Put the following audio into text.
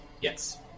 Yes